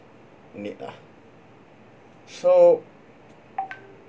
need ah so